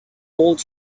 old